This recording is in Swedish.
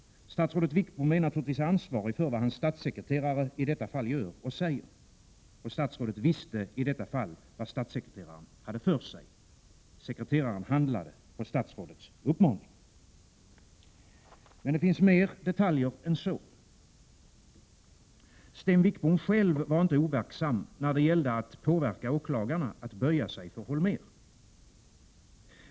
Statsrådet Wickbom är naturligtvis ansvarig för vad hans statssekreterare i detta fall gör och säger. Statsrådet visste i detta fall vad statssekreteraren hade för sig. Sekreteraren handlade på statsrådets uppmaning. Men det finns mer detaljer än så. Sten Wickbom själv var inte overksam när det gällde att påverka åklagarna att böja sig för Holmér.